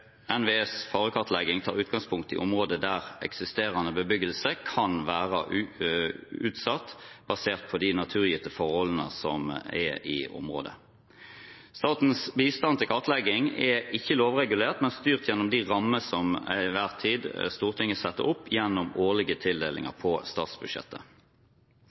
NVEs farekartlegging tar utgangspunkt i områder der eksisterende bebyggelse kan være utsatt, basert på de naturgitte forholdene som er i området. Statens bistand til kartlegging er ikke lovregulert, men styrt gjennom de rammer som Stortinget til enhver tid setter opp gjennom årlige tildelinger på statsbudsjettet.